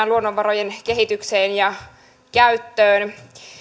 luonnonvarojen kehityksestä ja käytöstä